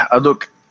look